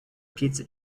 pizza